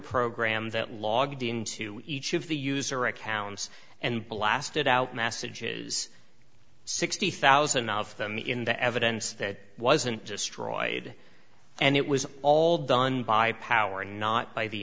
program that logged into each of the user accounts and blasted out massive jews sixty thousand of them in the evidence that wasn't destroyed and it was all done by power not by the